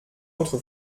autre